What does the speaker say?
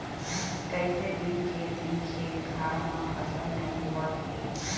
कइसे दिन के दिन खेत खार म फसल नइ होवत हे